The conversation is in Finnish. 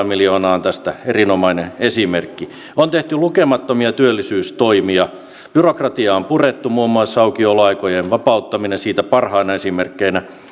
miljoonaa on tästä erinomainen esimerkki on tehty lukemattomia työllisyystoimia byrokratiaa on purettu muun muassa aukioloaikojen vapauttaminen siitä parhaana esimerkkinä